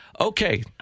Okay